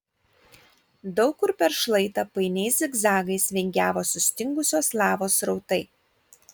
daug kur per šlaitą painiais zigzagais vingiavo sustingusios lavos srautai